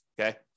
Okay